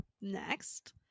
next